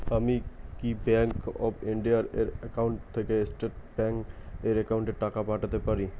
আমি কি bank of India এর একাউন্ট থেকে স্টেট ব্যাংক এর একাউন্টে টাকা পাঠাতে পারি?